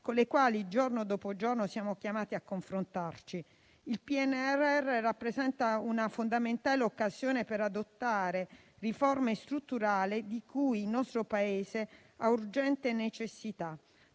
con le quali giorno dopo giorno siamo chiamati a confrontarci. Il PNRR rappresenta una fondamentale occasione per adottare le riforme strutturali di cui il nostro Paese ha urgente necessità.